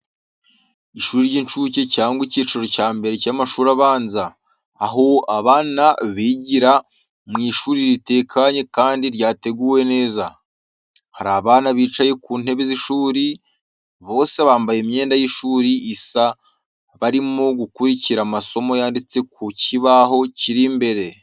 Ishuri ry'inshuke cyangwa icyiciro cya mbere cy'amashuri abanza, aho abana bigira mu ishuri ritekanye kandi ryateguwe neza. Hari abana bicaye ku ntebe z’ishuri, bose bambaye imyenda y’ishuri isa barimo gukurikira amasomo yanditse ku kibaho kiri imbere.